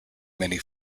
many